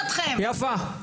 יפה.